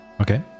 Okay